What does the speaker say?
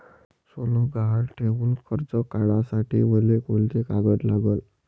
सोनं गहान ठेऊन कर्ज काढासाठी मले कोंते कागद लागन?